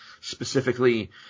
specifically